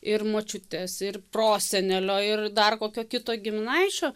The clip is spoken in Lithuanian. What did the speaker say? ir močiutės ir prosenelio ir dar kokio kito giminaičio